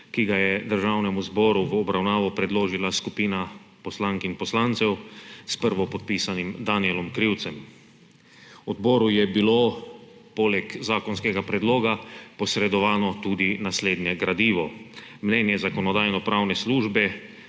ki ga je Državnemu zboru v obravnavo predložila skupina poslank in poslancev s prvopodpisanim Danijelom Krivcem. Odboru je bilo poleg zakonskega predloga posredovano tudi naslednje gradivo: mnenje Zakonodajno-pravne službe,